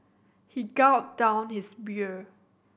he gulped down his beer